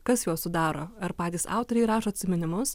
kas juos sudaro ar patys autoriai rašo atsiminimus